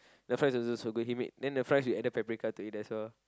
the fries were also so good then the fries we added paprika to it that's all